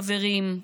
חברים,